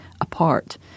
apart